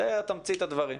זאת תמצית הדברים.